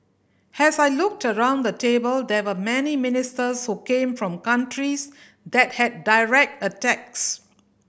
has I looked around the table there were many ministers who came from countries that had direct attacks